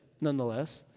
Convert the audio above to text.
nonetheless